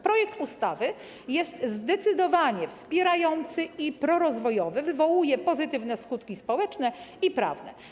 Projekt ustawy jest zdecydowanie wspierający i prorozwojowy, wywołuje pozytywne skutki społeczne i prawne.